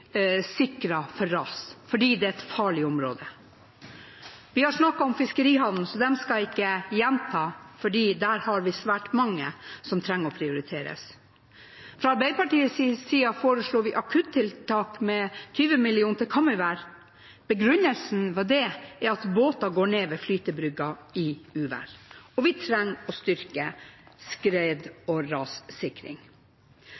for ras, fordi det er et farlig område. Vi har snakket om fiskerihavner, så det skal jeg ikke gjenta, for der har vi svært mange som trenger å prioriteres. Fra Arbeiderpartiets side foreslo vi akuttiltak med 20 mill. kr til Kamøyvær. Begrunnelsen for det er at båter går ned ved flytebrygga i uvær, og vi trenger å styrke